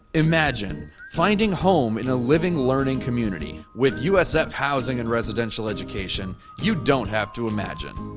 imagine finding home in a living, learning community. with usf housing and resident education, you don't have to imagine.